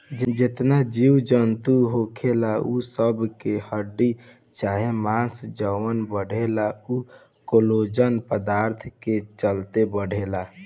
जेतना जीव जनतू होखेला उ सब में हड्डी चाहे मांस जवन बढ़ेला उ कोलेजन पदार्थ के चलते बढ़ेला